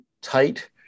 tight